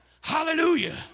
Hallelujah